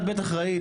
את בטח ראית,